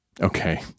Okay